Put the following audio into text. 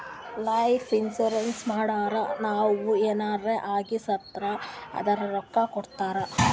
life insurance ಮಾಡುರ್ ನಾವ್ ಎನಾರೇ ಆಗಿ ಸತ್ತಿವ್ ಅಂದುರ್ ರೊಕ್ಕಾ ಕೊಡ್ತಾರ್